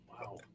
Wow